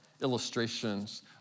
illustrations